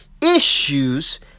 Issues